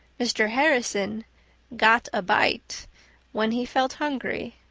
mr. harrison got a bite when he felt hungry,